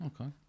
Okay